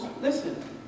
listen